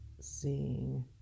seeing